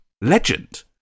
Legend